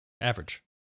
Average